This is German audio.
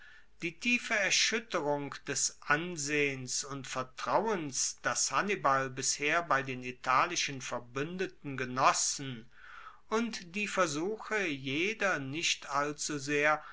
die tiefe erschuetterung des ansehens und vertrauens das hannibal bisher bei den italischen verbuendeten genossen und die versuche jeder nicht